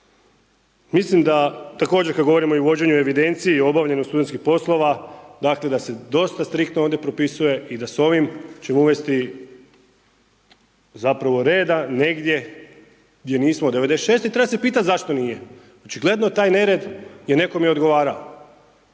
Mislim da također kada govorimo o uvođenju evidencije o obavljanju studentskih poslova dakle, da se dosta striktno ovdje propisuje i da sa ovim ćemo uvesti zapravo reda negdje gdje nismo od 96. i treba se pitati zašto nije. Očigledno taj nered je nekome odgovarao